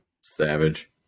Savage